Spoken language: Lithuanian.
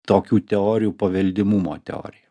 tokių teorijų paveldimumo teorija